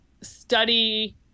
study